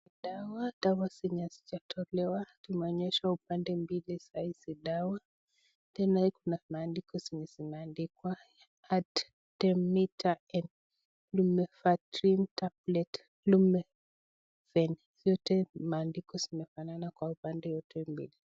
Ni dawa, dawa zenye hazijatolewa. Tumeonyeshwa upande mbili za hii dawa. Tena kuna maandiko yenye yameandikwa Artemether and Lumefantrine tablet . Lumifen . Zote maandiko zimefanana kwa upande wote mbili.